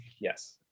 Yes